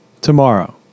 Tomorrow